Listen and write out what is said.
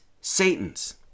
Satan's